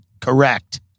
correct